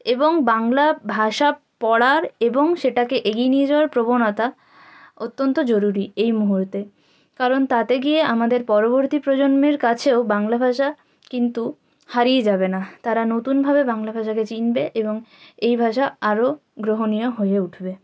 এবং বাংলা ভাষা পড়ার এবং সেটাকে এগিয়ে নিয়ে যাওয়ার প্রবণতা অত্যন্ত জরুরি এই মুহুর্তে কারণ তাতে গিয়ে আমাদের পরবর্তী প্রজন্মের কাছেও বাংলা ভাষা কিন্তু হারিয়ে যাবে না তারা নতুনভাবে বাংলা ভাষাকে চিনবে এবং এই ভাষা আরও গ্রহণীয় হয়ে উঠবে